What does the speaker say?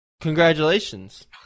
Congratulations